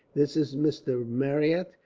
this is mr. marryat,